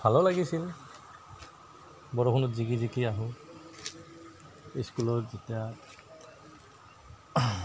ভালো লাগিছিল বৰষুণত জিকি জিকি আহোঁ স্কুলত যেতিয়া